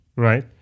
right